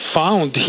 found